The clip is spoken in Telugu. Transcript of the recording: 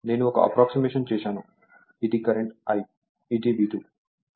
నేను ఒక అప్ప్రోక్సిమేషన్ చేసానుఇది కరెంట్ I ఇది V2